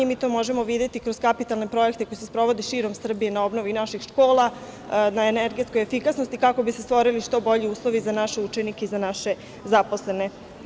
Mi to možemo videti kroz kapitalne projekte koji se sprovode širom Srbije na obnovi naših škola, na energetskoj efikasnosti kako bi se stvorili što bolji uslovi za naše učenike i za naše zaposlene.